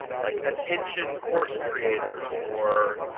like attention course creators or